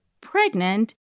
pregnant